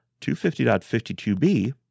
250.52B